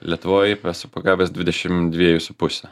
lietuvoj esu pagavęs dvidešimt dviejų su puse